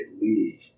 leave